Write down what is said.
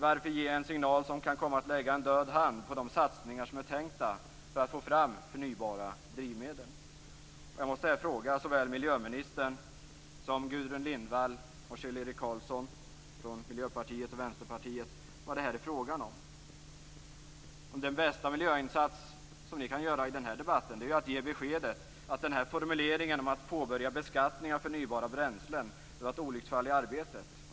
Varför ge en signal som kan komma att lägga en död hand på de satsningar som är tänkta för att få fram förnybara drivmedel? Jag måste fråga såväl miljöministern som Gudrun Lindvall och Kjell-Erik Karlsson från Miljöpartiet respektive Vänsterpartiet vad det här är fråga om. Den bästa miljöinsats ni kan göra i denna debatt är att ge beskedet att formuleringen att påbörja beskattningen av förnybara bränslen var ett olycksfall i arbetet.